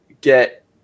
get